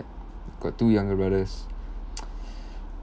got two younger brothers